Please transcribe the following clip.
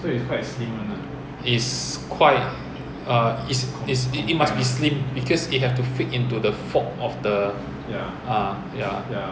it's quite err it's it's it must be slim because you have to fit into the fork of the uh ya